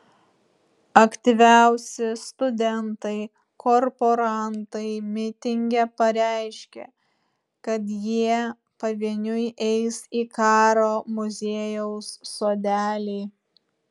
aktyviausi studentai korporantai mitinge pareiškė kad jie pavieniui eis į karo muziejaus sodelį